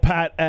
Pat